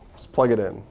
just plug it in.